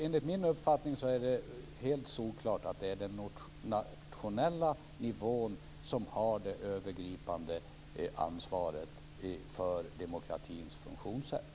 Enligt min uppfattning är det solklart att den nationella nivån har det övergripande ansvaret för demokratins funktionssätt.